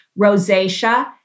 rosacea